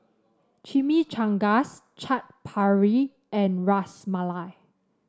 Chimichangas Chaat Papri and Ras Malai